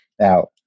Now